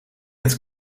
het